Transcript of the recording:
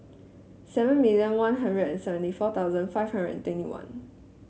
seven million One Hundred and seventy four thousand five hundred and twenty one